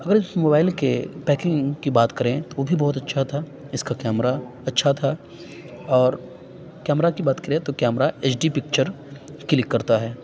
اگر اس موبائل کے پیکنگ کی بات کریں تو وہ بھی بہت اچھا تھا اس کا کیمرا اچھا تھا اور کیمرا کی بات کریں تو camera H D picture click کرتا ہے